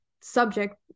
subject